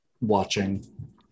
watching